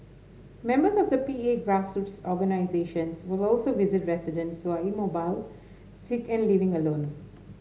members of the P A grassroots organisations will also visit residents who are immobile sick and living alone